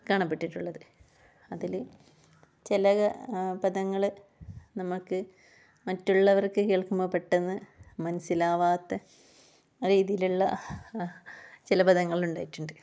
കാണപ്പെട്ടിട്ടുള്ളത് അതില് ചില പദങ്ങള് നമക്ക് മറ്റുള്ളവർക്ക് കേൾക്കുമ്പോൾ പെട്ടന്ന് മനസ്സിലാവാത്ത രീതിലുള്ള ചില പദങ്ങള് ഉണ്ടായിട്ടുണ്ട്